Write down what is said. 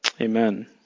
amen